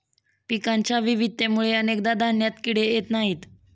पिकांच्या विविधतेमुळे अनेकदा धान्यात किडे येत नाहीत